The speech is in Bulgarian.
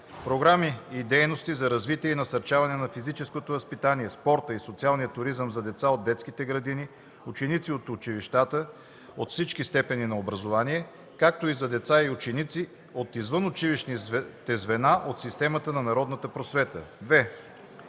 програми и дейности за развитие и насърчаване на физическото възпитание, спорта и социалния туризъм за деца от детските градини, ученици от училищата от всички степени на образование, както и за деца и ученици от извънучилищните звена от системата на народната просвета;